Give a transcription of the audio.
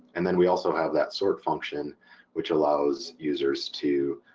and then we also have that sort function which allows users to